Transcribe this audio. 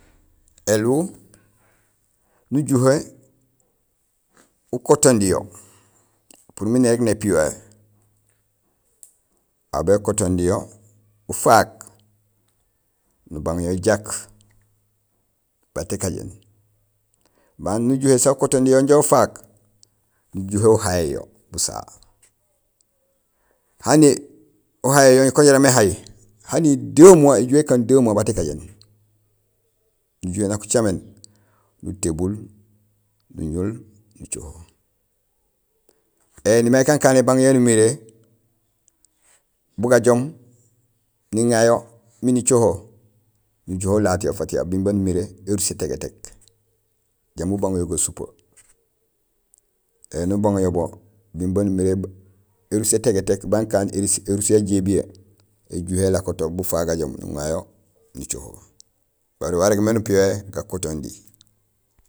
Éliw nujuhé ukotondi yo pour miin érég népiyohé, aw békotondi yo ufaak nabang yo jak bat ékajéén. Baan nujuhé sa ukotondi yo inja ufaak nujuhé uhayéén yo busaha hani uhayéén yo kun jaraam éhaay, hani deux mois, éjuhé ékaan deux mois mat ékajéén nujuhé nak ucaméén nutébul nuñul nucoho. Éni may kankaan ébang yaan umiré bugajoow niŋa yo miin icoho, nujuhé ulaat yo fatiya biin baan umiré éruus étégéték, jambi ubang yo gasupee. Éni ubang yo bo biin baan uliré éruus étégéték baan kaan éruus yajébiyé, éjuhé élkoto bu fa gajoom nuŋa yo nucoho. Baré wa régmé nupiyohé gakotondi.